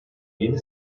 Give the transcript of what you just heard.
yeni